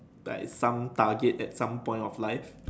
like some target at some point of life